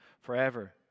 forever